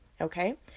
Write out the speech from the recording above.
okay